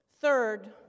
Third